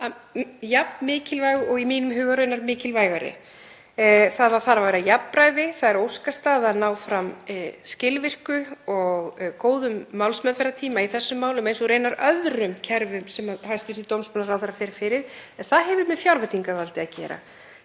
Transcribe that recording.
jafn mikilvæg og í mínum huga raunar mikilvægari. Það þarf að vera jafnræði, það er óskastaða að ná fram skilvirkum og góðum málsmeðferðartíma í þessum málum eins og raunar öðrum kerfum sem hæstv. dómsmálaráðherra fer fyrir, en það hefur með fjárveitingavaldið að gera.